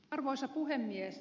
arvoisa puhemies